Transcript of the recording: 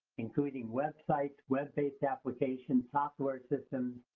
including websites, web-based applications, software systems,